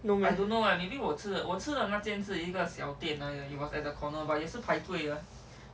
no